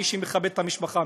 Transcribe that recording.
מי שמכבד את המשפחה,